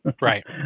Right